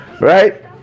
right